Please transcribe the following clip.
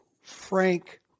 Frank